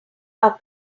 are